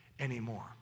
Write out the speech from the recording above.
Anymore